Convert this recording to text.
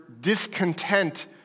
discontent